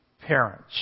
Parents